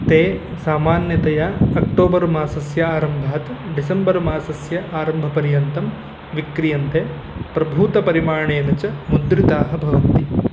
ते सामान्यतया अक्टोबर् मासस्य आरम्भात् डिसेम्बर् मासस्य आरम्भपर्यन्तं विक्रियन्ते प्रभूतपरिमाणेन च मुद्रिताः भवन्ति